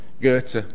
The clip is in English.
Goethe